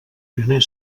gener